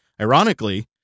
ironically